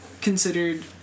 considered